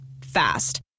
fast